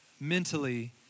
mentally